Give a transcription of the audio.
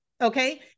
okay